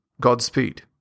Godspeed